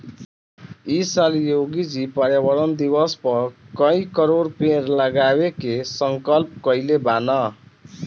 इ साल योगी जी पर्यावरण दिवस पअ कई करोड़ पेड़ लगावे के संकल्प कइले बानअ